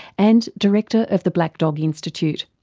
and director of the black dog institute.